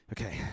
okay